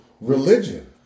religion